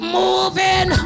moving